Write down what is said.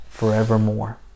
forevermore